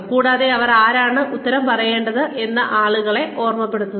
കൂടാതെ അവർ ആരോടാണ് ഉത്തരം പറയേണ്ടത് എന്ന് ആളുകളെ ഓർമ്മിപ്പിക്കുന്നു